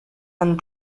and